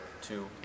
two